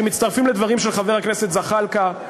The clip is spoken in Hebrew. שמצטרפים לדברים של חבר הכנסת זחאלקה.